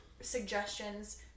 suggestions